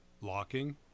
locking